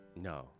No